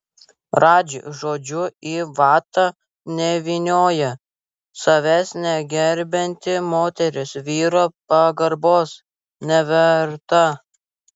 radži žodžių į vatą nevynioja savęs negerbianti moteris vyro pagarbos neverta